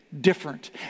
different